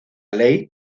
ley